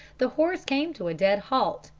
the horse came to a dead halt,